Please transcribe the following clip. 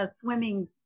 swimming